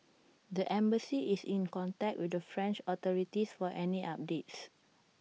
the embassy is in contact with the French authorities for any updates